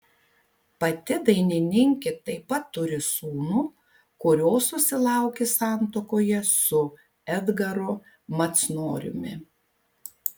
pati dainininkė taip pat turi sūnų kurio susilaukė santuokoje su edgaru macnoriumi